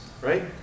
right